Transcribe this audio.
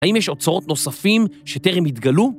האם יש אוצרות נוספים שטרם התגלו?